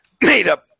made-up